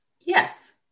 Yes